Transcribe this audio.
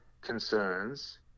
concerns